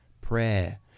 prayer